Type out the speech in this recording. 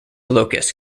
locus